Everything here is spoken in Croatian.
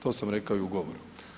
To sam rekao i u govoru.